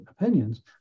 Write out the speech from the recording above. opinions